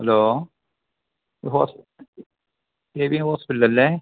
hello ഇത് ഹോസ് രബിയ ഹോസ്പിറ്റലല്ലേ